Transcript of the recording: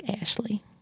Ashley